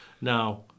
Now